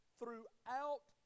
throughout